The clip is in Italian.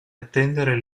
attendere